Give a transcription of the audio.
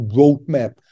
roadmap